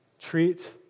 treat